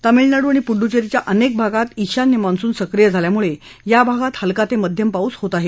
तामीळनाडू आणि पुडुचेरी च्या अनेक भागात ईशान्य मान्सून सक्रिय झाल्यामुळे या भागात हलका ते मध्यम पाऊस होत आहे